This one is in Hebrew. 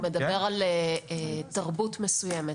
הוא מדבר על תרבות מסוימת.